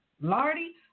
Lardy